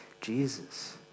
Jesus